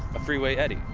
a freeway eddy.